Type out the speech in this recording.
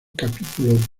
capítulo